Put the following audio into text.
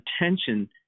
attention